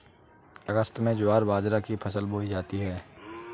अगस्त में ज्वार बाजरा की फसल बोई जाती हैं